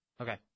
Okay